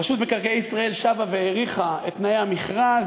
רשות מקרקעי ישראל שבה והאריכה את תנאי המכרז,